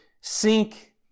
sink